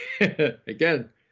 Again